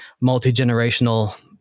multi-generational